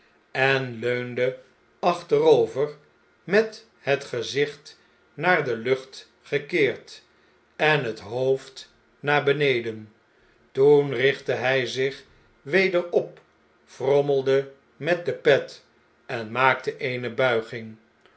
en leunde achterover met het gezicht naar de lucht gekeerd en het hoofd naar beneden toen richtte hj zich weder op frommelde met de pet en maakte eene buiging